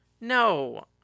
No